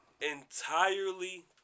entirely